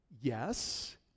yes